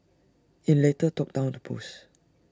IT later took down the post